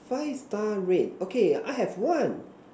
five far red okay I have one